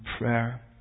prayer